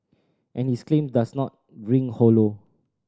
and his claim does not ring hollow